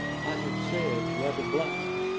i had said, rather bluntly,